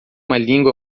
língua